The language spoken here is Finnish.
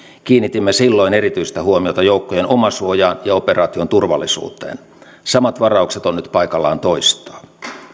kiinnitimme silloin erityistä huomiota joukkojen omasuojaan ja operaation turvallisuuteen samat varaukset on nyt paikallaan toistaa